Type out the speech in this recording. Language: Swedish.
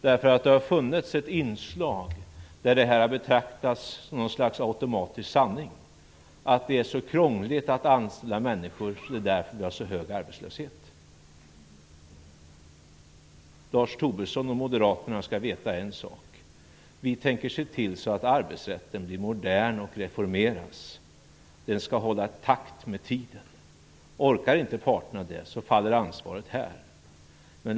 Det har funnits ett inslag av att man har betraktat det som en automatisk sanning att det är så krångligt att anställa människor och att det är därför vi har så hög arbetslöshet. Lars Tobisson och Moderaterna skall veta en sak: Vi tänker se till att arbetsrätten reformeras och blir modern. Den skall hålla takt med tiden. Orkar parterna inte med det faller ansvaret här.